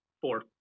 Four